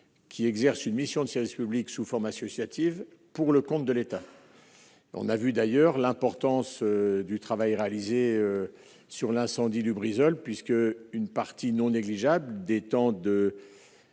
qui exerce une mission de service public sous forme associative, pour le compte de l'État, on a vu d'ailleurs l'importance du travail réalisé sur l'incendie Lubrizol puisque une partie non négligeable des temps de